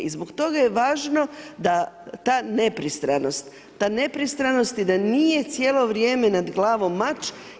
I zbog toga je važno ta nepristranost, ta nepristranost i da nije cijelo vrijeme nad glavom mač.